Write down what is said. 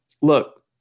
look